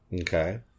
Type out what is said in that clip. Okay